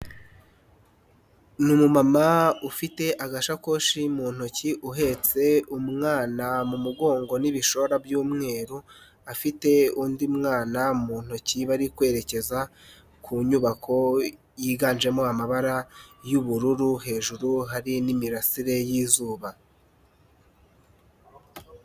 Ni umumama ufite agashakoshi mu ntoki uhetse umwana mu mugongo n'ibishora by'umweru, afite undi mwana mu ntoki bari kwerekeza ku nyubako yiganjemo amabara y'ubururu, hejuru hari n'imirasire y'izuba.